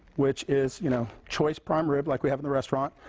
which is you know choice prime rib like we have in the restaurant.